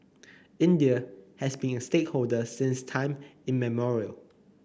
India has been a stakeholder since time immemorial